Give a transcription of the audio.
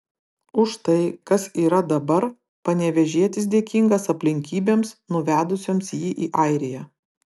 už tai kas yra dabar panevėžietis dėkingas aplinkybėms nuvedusioms jį į airiją